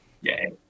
Yay